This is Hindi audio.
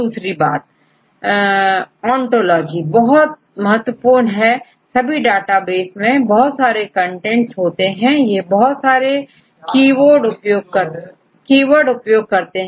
दूसरी बात ओंटोलॉजी बहुत महत्वपूर्ण है सभी डाटा बेस में बहुत सारे कंस्ट्रेंट्स होते हैं वे बहुत सारे कीवर्ड उपयोग करते हैं